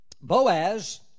Boaz